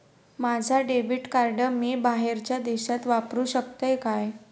माझा debit card मी बाहेरच्या देशात वापरू शकतय काय?